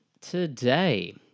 Today